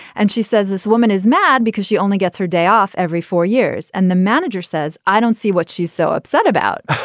and she says this woman is mad because she only gets her day off every four years. and the manager says, i don't see what she's so upset about.